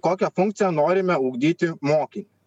kokią funkciją norime ugdyti mokyt